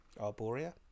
Arboria